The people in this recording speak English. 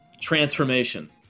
transformation